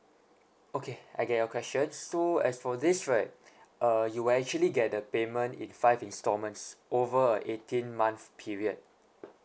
okay I get your question so as for this right uh you will actually get the payment in five installments over a eighteen month period